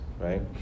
right